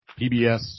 PBS